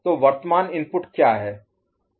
तो वर्तमान इनपुट क्या है